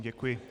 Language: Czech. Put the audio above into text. Děkuji.